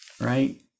right